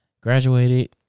graduated